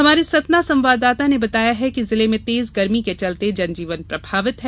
हमारे सतना संवाददाता ने बताया कि जिले में तेज गर्मी के चलते जनजीवन प्रभावित है